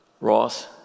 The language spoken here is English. Ross